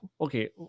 Okay